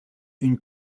une